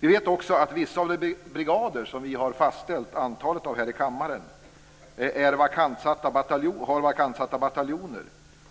Vi vet också att vissa brigader, vilkas antal vi har fastställt här i kammaren, har vakantsatta